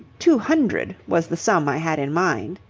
two hundred was the sum i had in mind.